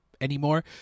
anymore